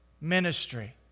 ministry